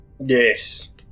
Yes